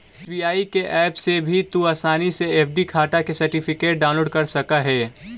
SBI के app से भी तू आसानी से एफ.डी खाटा के सर्टिफिकेट डाउनलोड कर सकऽ हे